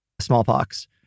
smallpox